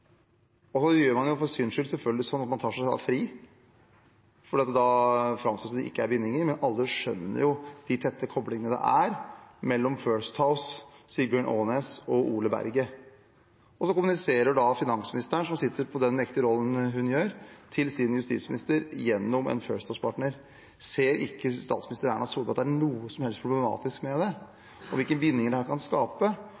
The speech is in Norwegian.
Så gjør man det – for syns skyld– selvfølgelig sånn at man tar seg fri, for da framstår det som om det ikke er bindinger, men alle skjønner jo de tette koblingene mellom First House, Sigbjørn Aanes og Ole Berget. Så kommuniserer finansministeren, som sitter i den mektige rollen hun gjør, med sin justisminister gjennom en First House-partner. Ser ikke statsminister Erna Solberg dette som noe som helst problematisk